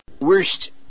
Worst